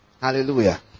Hallelujah